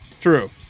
true